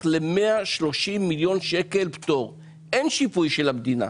לכ-130 מיליון ₪; אין שיפוי של המדינה.